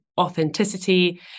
authenticity